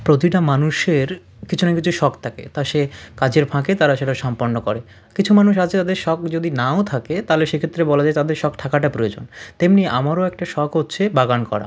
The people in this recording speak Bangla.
প্রতিটা মানুষের কিছু না কিছু শখ থাকে তা সে কাজের ফাঁকে তারা সেটা সম্পন্ন করে কিছু মানুষ আছে যাদের শখ যদি নাও থাকে তালে সেক্ষেত্রে বলা যায় তাদের শখ থাকাটা প্রয়োজন তেমনি আমারও একটা শখ হচ্ছে বাগান করা